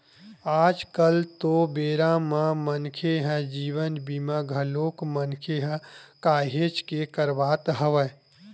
आज कल तो बेरा म मनखे ह जीवन बीमा घलोक मनखे ह काहेच के करवात हवय